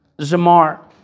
zamar